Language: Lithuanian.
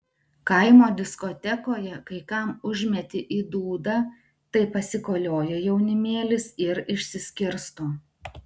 kaimo diskotekoje kai kam užmeti į dūdą tai pasikolioja jaunimėlis ir išsiskirsto